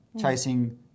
chasing